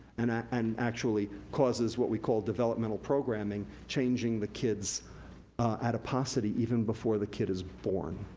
and ah and actually causes what we call developmental programming, changing the kids adiposity even before the kid is born,